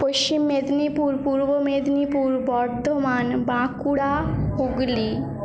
Paschim Medinipur Purba Medinipur Bardhaman Bankura Hooghly